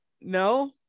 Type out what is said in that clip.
no